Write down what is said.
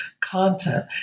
content